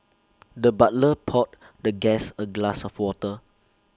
the butler poured the guest A glass of water